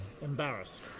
Embarrassed